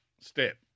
step